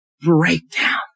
breakdown